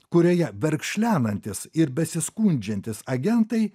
kurioje verkšlenantys ir besiskundžiantys agentai